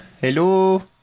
Hello